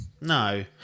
No